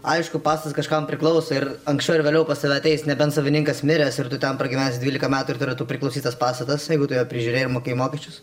aišku pasas kažkam priklauso ir anksčiau ar vėliau pas save ateis nebent savininkas miręs ir tu ten pragyvensi dvylika metų ir turėtų priklausyti tas pastatas jeigu tu jo prižiūrėjai mokėjai mokesčius